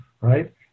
right